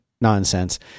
nonsense